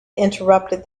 interrupted